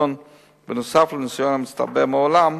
נוסף על הניסיון המצטבר מהעולם,